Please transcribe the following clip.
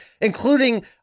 Including